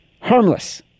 Harmless